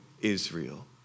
Israel